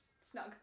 snug